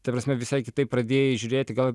ta prasme visai kitaip pradėjai žiūrėti gal ir